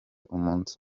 umunsi